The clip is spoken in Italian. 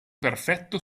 perfetto